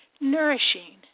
nourishing